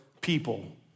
people